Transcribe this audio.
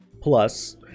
plus